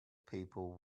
people